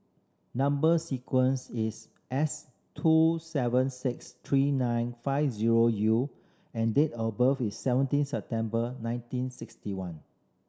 number sequence is S two seven six three nine five zero U and date of birth is seventeen September nineteen sixty one